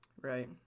right